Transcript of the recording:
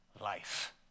life